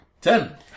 Ten